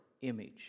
image